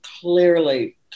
clearly